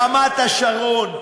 רמת-השרון,